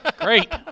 Great